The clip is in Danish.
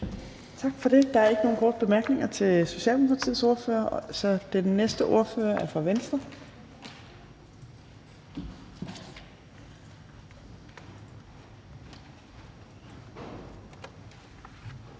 Tak for det. Der er ikke nogen korte bemærkninger til Socialdemokratiets ordfører. Så den næste ordfører er fra Venstre,